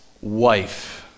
wife